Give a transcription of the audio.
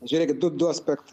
žiūrėkit du du aspektai